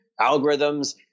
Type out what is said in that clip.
algorithms